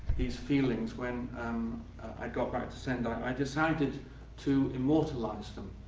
these feelings, when i got back sendai i decided to immortalize them.